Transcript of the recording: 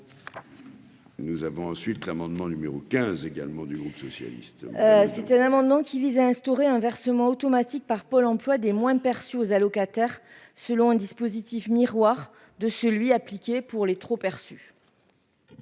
Nous avons ensuite l'amendement numéro 15, également du groupe socialiste. C'est un amendement qui vise à instaurer un versement automatique par Pôle emploi des moins perçus aux allocataires, selon un dispositif miroir de celui appliqué pour les trop perçus.